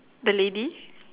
the lady